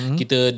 kita